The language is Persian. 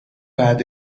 بعد